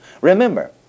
Remember